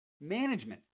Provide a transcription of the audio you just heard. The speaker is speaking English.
Management